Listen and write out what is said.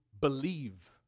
believe